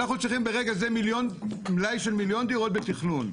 אנחנו צריכים ברגע זה מלאי של מיליון דירות בתכנון.